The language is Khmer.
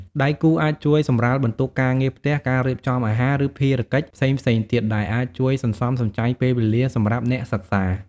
ដៃគូអាចជួយសម្រាលបន្ទុកការងារផ្ទះ ការរៀបចំអាហារ ឬភារកិច្ចផ្សេងៗទៀត ដែលអាចជួយសន្សំសំចៃពេលវេលាសម្រាប់អ្នកសិក្សា។